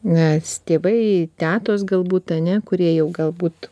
nes tėvai tetos galbūt ane kurie jau galbūt